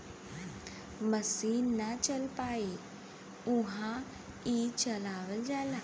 मसीन ना चल पाई उहा ई चलावल जाला